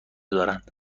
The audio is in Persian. دارند